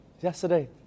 yesterday